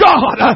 God